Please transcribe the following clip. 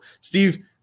Steve